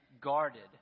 guarded